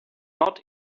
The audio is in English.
not